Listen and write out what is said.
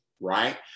right